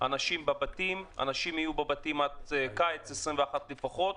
אנשים בבתים ויהיו בבתים עד קיץ 2021 לפחות.